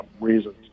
reasons